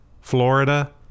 Florida